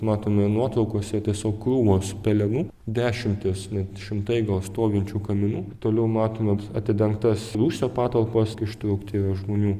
matome nuotraukose tiesiog krūvos pelenų dešimtys net šimtai gal stovinčių kalinių toliau matome atidengtas rūsio patalpas ištraukti žmonių